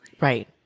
Right